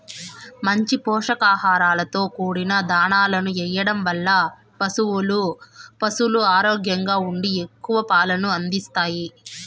మంచి పోషకాలతో కూడిన దాణాను ఎయ్యడం వల్ల పసులు ఆరోగ్యంగా ఉండి ఎక్కువ పాలను అందిత్తాయి